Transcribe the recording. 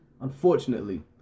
unfortunately